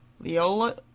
Leola